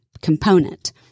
component